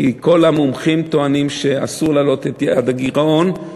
כי כל המומחים טוענים שאסור להעלות את יעד הגירעון,